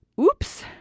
Oops